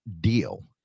deal